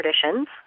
traditions